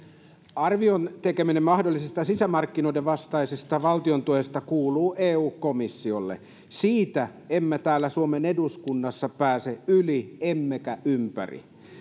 arvion tekeminen mahdollisesta sisämarkkinoiden vastaisesta valtion tuesta kuuluu eu komissiolle siitä emme täällä suomen eduskunnassa pääse yli emmekä ympäri